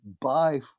buy